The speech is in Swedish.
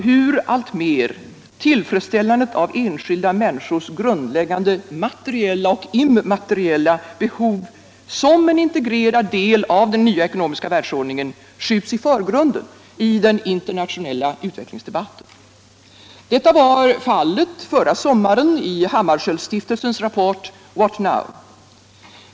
hur tillfredsställande av enskilda människors grundläggande materiella och immateriella behov, som en integrerad del av den nya ekonomiska världsordningen, alltmer skjuts i förgrunden i den internationella utvecklingsdebatten. Detta var Fallet förra sommaren i Hammarskjöldsuftelsens rapport. What Now.